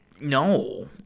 no